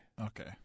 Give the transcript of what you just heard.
Okay